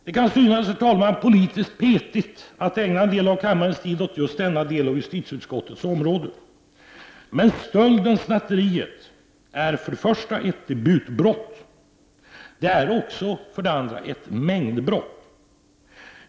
Det kan, herr talman, synas politiskt petigt att ägna en del av kammarens tid åt just denna del av justitieutskottets område, men stölden eller snatteriet är för det första ett debutbrott, för det andra också ett mängdbrott.